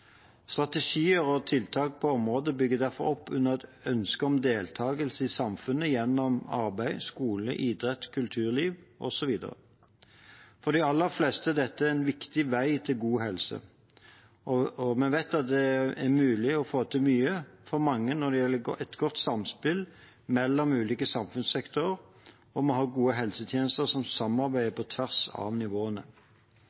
Strategier og tiltak på området bygger derfor opp under ønsket om deltakelse i samfunnet gjennom arbeid, skole, idrett, kulturliv osv. For de aller fleste er dette en viktig vei til god helse, og vi vet at det er mulig å få til mye for mange når det er godt samspill mellom ulike samfunnssektorer og vi har gode helsetjenester som samarbeider